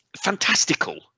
fantastical